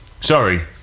Sorry